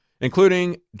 including